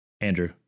Andrew